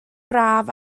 braf